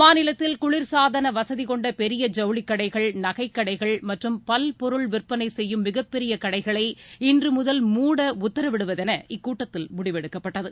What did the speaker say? மாநிலத்தில் குளிர்சாதன வசதி கொண்ட பெரிய ஜவுளிக்கடைகள் நகைக்கடைகள் மற்றும் பல்பொருள் விற்பனை செய்யும் மிகப் பெரிய கடைகளை இன்று முதல் மூட உத்தரவிடுவதெள இக்கூட்டத்தில் முடிவெடுக்கப்பட்டது